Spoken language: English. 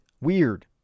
weird